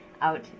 out